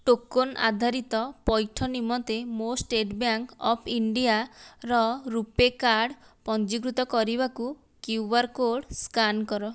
token ଆଧାରିତ ପଇଠ ନିମନ୍ତେ ମୋ ଷ୍ଟେଟ୍ ବ୍ୟାଙ୍କ୍ ଅଫ୍ ଇଣ୍ଡିଆର ରୂପୈ କାର୍ଡ଼୍ ପଂଜିକୃତ କରିବାକୁ କ୍ୟୁଆର୍ କୋଡ଼ ସ୍କାନ୍ କର